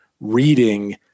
reading